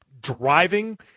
driving